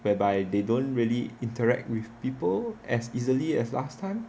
whereby they don't really interact with people as easily as last time